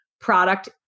product